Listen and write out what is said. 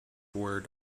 word